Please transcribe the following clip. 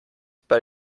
bei